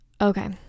Okay